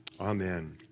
amen